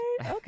okay